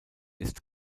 ist